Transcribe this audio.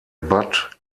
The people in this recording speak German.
bad